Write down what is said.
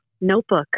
notebook